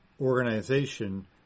organization